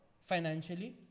financially